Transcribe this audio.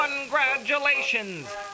congratulations